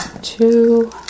two